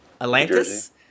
Atlantis